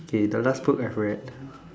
okay the last two I haven't read